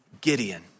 Gideon